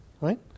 right